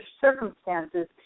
circumstances